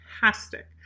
fantastic